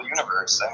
Universe